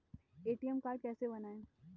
ATM card कैसे बनवाएँ?